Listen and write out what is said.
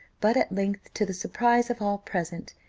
but at length to the surprise of all present,